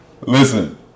Listen